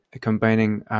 combining